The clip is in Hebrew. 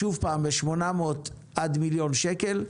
שוב פעם ב-800 עד מיליון שקל,